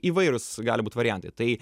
įvairūs gali būt variantai tai